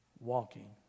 walking